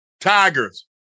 Tigers